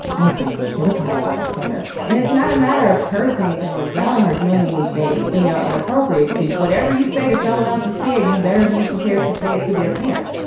i think you should apologize to her. and it's not a matter of cursing at them or yelling or doing anything, you know, inappropriate, because whatever you say to someone else's kid, you better be prepared to say it to their parent.